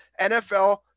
NFL